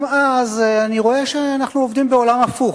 גם אז אני רואה שאנחנו עובדים בעולם הפוך,